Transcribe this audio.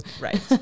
Right